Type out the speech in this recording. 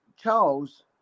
Charles